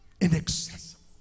inaccessible